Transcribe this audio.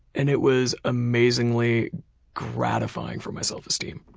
and it was amazingly gratifying for my self-esteem.